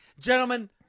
gentlemen